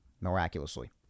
miraculously